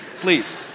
please